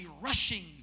rushing